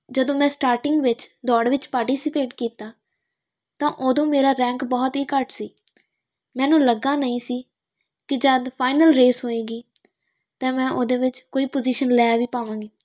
ਜਦੋਂ ਮੈਂ ਸਟਾਰਟਿੰਗ ਵਿੱਚ ਦੌੜ ਵਿਚ ਪਾਰਟੀਸਪੇਟ ਕੀਤਾ ਤਾਂ ਉਦੋਂ ਮੇਰਾ ਰੈਂਕ ਬਹੁਤ ਹੀ ਘੱਟ ਸੀ ਮੈਨੂੰ ਲੱਗਾ ਨਹੀਂ ਸੀ ਕਿ ਜਦੋਂ ਫਾਈਨਲ ਰੇਸ ਹੋਏਗੀ ਤਾਂ ਮੈਂ ਉਹਦੇ ਵਿੱਚ ਕੋਈ ਪੁਜ਼ੀਸ਼ਨ ਲੈ ਵੀ ਪਾਵਾਂਗੀ